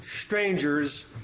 strangers